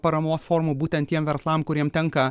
paramos formų būtent tiem verslam kuriem tenka